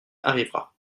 arrivera